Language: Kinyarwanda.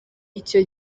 icyo